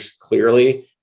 clearly